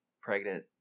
pregnant